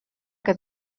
que